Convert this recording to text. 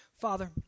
Father